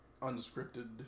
unscripted